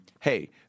Hey